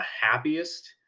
happiest